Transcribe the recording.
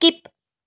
skip